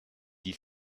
die